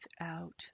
out